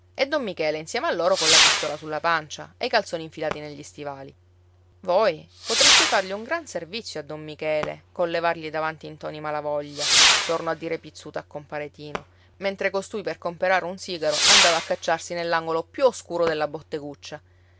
e don michele insieme a loro colla pistola sulla pancia e i calzoni infilati negli stivali voi potreste fargli un gran servizio a don michele col levargli davanti ntoni malavoglia tornò a dire pizzuto a compare tino mentre costui per comprare un sigaro andava a cacciarsi nell'angolo più oscuro della botteguccia